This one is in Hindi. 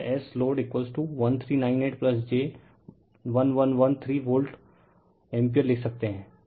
तो यह S load 1398j 1113 volt ampere लिख सकते है